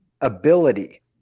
ability